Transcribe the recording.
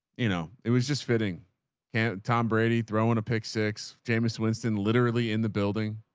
you know, it was just fitting and tom brady throwing a pick six jamis winston, literally in the building.